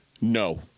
No